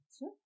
Sure